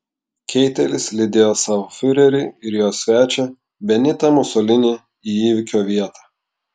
keitelis lydėjo savo fiurerį ir jo svečią benitą musolinį į įvykio vietą